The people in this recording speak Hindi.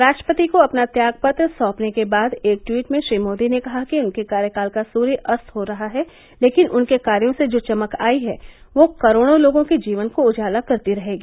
राष्ट्रपति को अपना त्यागपत्र सौंपने के बाद एक ट्वीट में श्री मोदी ने कहा कि उनके कार्यकाल का सूर्य अस्त हो रहा है लेकिन उनके कार्यों से जो चमक आई है वो करोड़ों लोगों के जीवन को उजाला करती रहेगी